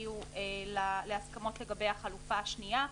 הגיעו להסכמות לגבי החלופה השנייה,